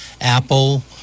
Apple